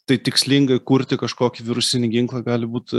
tai tikslingai kurti kažkokį virusinį ginklą gali būt